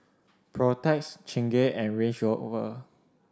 Protex Chingay and Range Rover